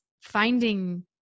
finding